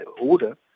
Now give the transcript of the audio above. order